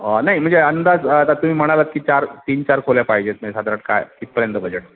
नाही म्हणजे अंदाज आता तुम्ही म्हणालात की चार तीन चार खोल्या पाहिजेत म्हणजे साधारण काय कितपर्यंत बजेट